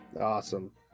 Awesome